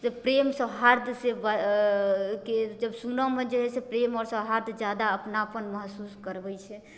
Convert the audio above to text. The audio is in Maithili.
जे प्रेम सौहाद्रसँ के जब सुनऽमे जे हइ प्रेम आओर सौहाद्र ज्यादा अपनापन महसूस करबै छै